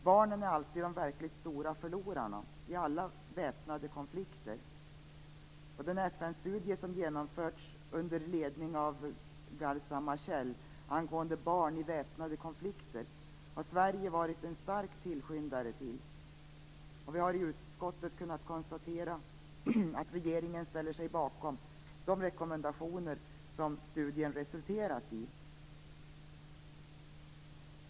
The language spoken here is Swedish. Barnen är de verkligt stora förlorarna i alla väpnade konflikter. Sverige har varit en stark tillskyndare när det gäller den FN-studie som genomförts under ledning av Garca Machel angående barn i väpnade konflikter. Vi har i utskottet kunna konstatera att regeringen ställer sig bakom de rekommendationer som studien resulterat i.